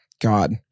God